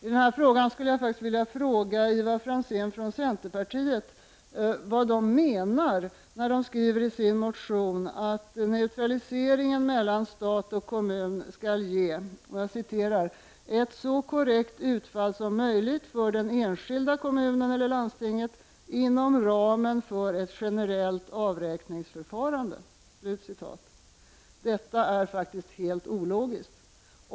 På denna punkt skulle jag vilja fråga Ivar Franzén från centerpartiet vad centern menar när man skriver i sin motion att neutraliseringen mellan stat och kommun skall ge ett så korrekt utfall som möjligt för den enskilda kommunen eller landstinget inom ramen för ett generellt avräkningsförfarande. Detta är faktiskt helt ologiskt.